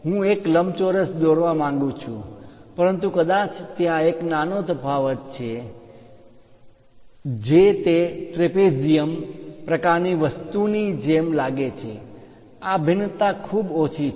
હું એક લંબચોરસ દોરવા માંગું છું પરંતુ કદાચ ત્યાં એક નાનો તફાવત છે જે તે ટ્રેપેઝિયમ પ્રકારની વસ્તુની જેમ લાગે છે આ ભિન્નતા ખૂબ ઓછી છે